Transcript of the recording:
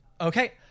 Okay